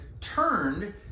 turned